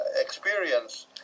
experience